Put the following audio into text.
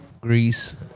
Greece